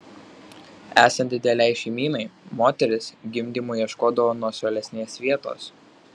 esant didelei šeimynai moterys gimdymui ieškodavo nuošalesnės vietos